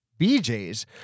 BJs